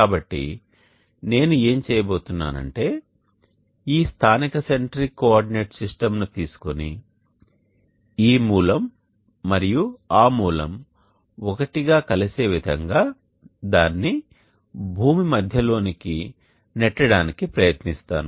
కాబట్టి నేను ఏమి చేయబోతున్నానంటే ఈ స్థానిక సెంట్రిక్ కోఆర్డినేట్ సిస్టమ్ని తీసుకొని ఈ మూలం మరియు ఆ మూలం ఒకటిగా కలిసే విధంగా దానిని భూమి మధ్యలోనికి నెట్టడానికి ప్రయత్నిస్తాను